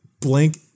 blank